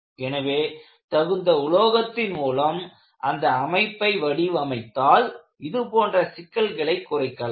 எனவே தகுந்த உலோகத்தின் மூலம் அந்த அமைப்பை வடிவமைத்தால் இது போன்ற சிக்கல்களை குறைக்கலாம்